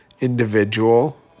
individual